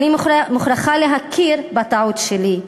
אני מוכרחה להכיר בטעות שלי.